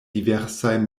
diversaj